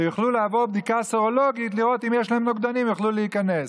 שיוכלו לעבור בדיקה סרולוגית לראות אם יש להם נוגדנים ואז יוכלו להיכנס,